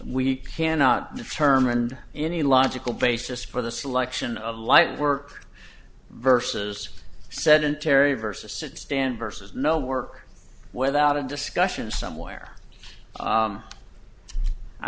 we cannot determine any logical basis for the selection of light work versus sedentary versus sit stand vs no work without a discussion somewhere